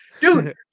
Dude